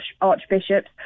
archbishops